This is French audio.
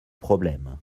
problème